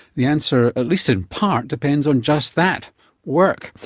the answer, at least in part, depends on just that work.